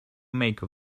make